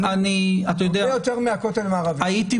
אני הייתי מקווה,